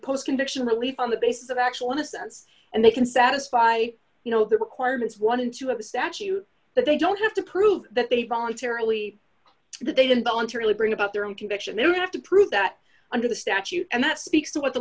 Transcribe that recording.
post conviction relief on the basis of actual innocence and they can satisfy you know their requirements wanted to have a statue that they don't have to prove that they voluntarily that they didn't voluntarily bring about their own conviction then have to prove that under the statute and that speaks to what the